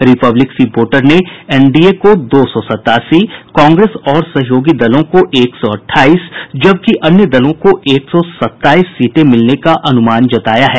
Republic C Voter ने NDA को दो सौ सत्तासी कांग्रेस और सहयोगी दलों को एक सौ अठाईस जबकि अन्य दलों को एक सौ सत्ताईस मिलने का अनुमान जताया है